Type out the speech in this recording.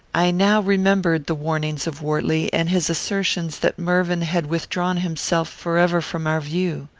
i now remembered the warnings of wortley, and his assertions that mervyn had withdrawn himself forever from our view.